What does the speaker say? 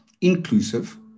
inclusive